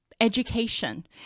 education